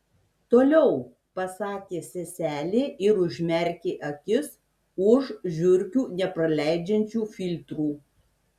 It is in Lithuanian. toliau pasakė seselė ir užmerkė akis už žiurkių nepraleidžiančių filtrų